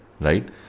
right